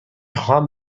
خواهم